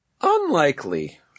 Unlikely